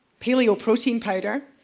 paleo protein powder.